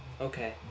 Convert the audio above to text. Okay